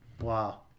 Wow